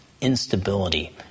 instability